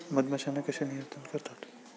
मधमाश्यांना कसे नियंत्रित करतात?